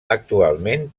actualment